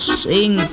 sing